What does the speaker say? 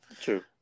True